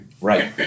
Right